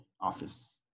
office